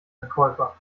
verkäufer